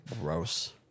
gross